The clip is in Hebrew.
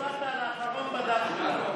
אתה עכשיו הצבעת על האחרון בדף שלי.